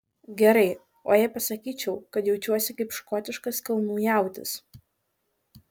gerai o jei pasakyčiau kad jaučiuosi kaip škotiškas kalnų jautis